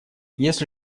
если